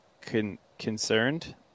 concerned